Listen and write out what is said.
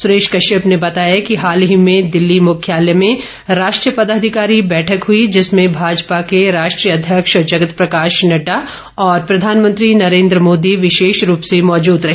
सरेश कश्यप ने बताया कि हाल ही में दिल्ली मुख्यालय में राष्ट्रीय पदाधिकारी बैठक हुई जिसमें भाजपा के राष्ट्रीय अध्यक्ष जगत प्रकाश नड़डा और प्रधानमंत्री नरेंद्र मोदी विशेष रूप से मौजूद रहे